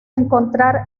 encontrar